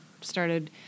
started